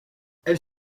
elle